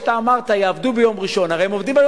ואתה אמרת שיעבדו ביום ראשון,